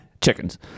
chickens